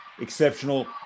exceptional